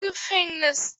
gefängnis